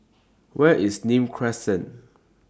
Where IS Nim Crescent